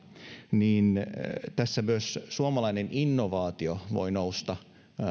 niin tässä myös suomalainen innovaatio voi nousta